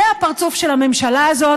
זה הפרצוף של הממשלה הזאת.